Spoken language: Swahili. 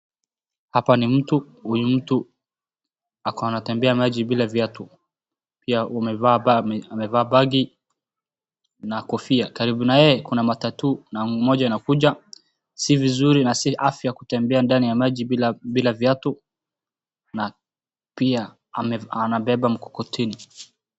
Hapa ni mtu ako anatembea maji bila viatu pia amevaa bagi kofia, karibu na yeye kuna matatu na moja inakuja. Si vizuri na si afya kutembea ndani ya maji bila viatu na pia anabeba mkokoteni.